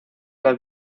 las